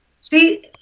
See